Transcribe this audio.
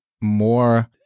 more